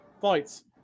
fights